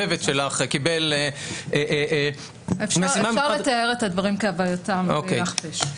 הצוות שלך קיבל משימה --- אפשר לתאר את הדברים כהווייתם מבלי להכפיש.